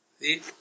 See